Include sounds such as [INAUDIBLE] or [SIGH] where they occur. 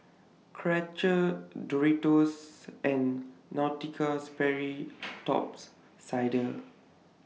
Karcher Doritos and Nautica Sperry [NOISE] Top Sider